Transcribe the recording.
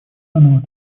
заново